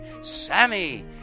Sammy